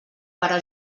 però